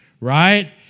right